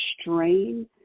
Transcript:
strain